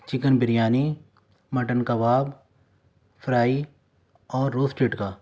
chicken biryani mutton kebab fry اور roasted کا